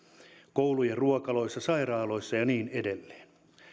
koulujen ruokaloissa sairaaloissa ja niin edelleen